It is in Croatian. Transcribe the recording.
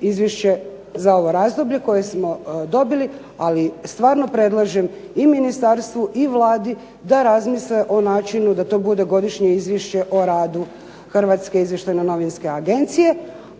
izvješće za ovo razdoblje koje smo dobili, ali stvarno predlažem i ministarstvu i Vladi da razmisle o načinu da to bude Godišnje izvješće o radu HINA-e,